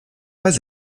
pas